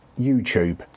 YouTube